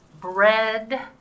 bread